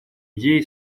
идеи